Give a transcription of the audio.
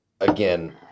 again